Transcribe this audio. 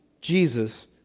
Jesus